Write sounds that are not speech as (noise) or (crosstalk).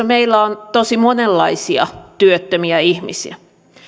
(unintelligible) meillä on tosi monenlaisia työttömiä ihmisiä